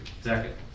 Second